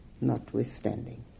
notwithstanding